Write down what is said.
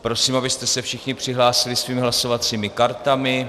Prosím, abyste se všichni přihlásili svými hlasovacími kartami.